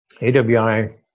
AWI